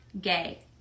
Gay